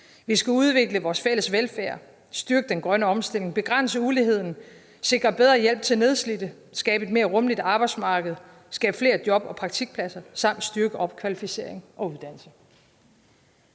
Vi skal udvikle vores fælles velfærd, styrke den grønne omstilling, begrænse uligheden, sikre bedre hjælp til nedslidte, skabe et mere rummeligt arbejdsmarked, skabe flere job og praktikpladser samt styrke opkvalificering og uddannelse.«